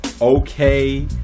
Okay